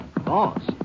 Boss